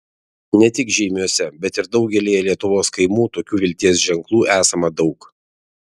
ne tik žeimiuose bet ir daugelyje lietuvos kaimų tokių vilties ženklų esama daug